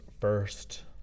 First